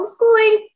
homeschooling